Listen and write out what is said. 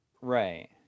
right